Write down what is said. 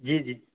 جی جی